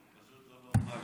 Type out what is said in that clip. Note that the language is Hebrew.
זה פשוט לא נורמלי,